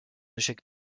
échec